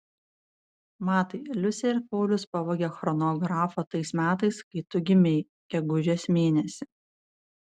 matai liusė ir paulius pavogė chronografą tais metais kai tu gimei gegužės mėnesį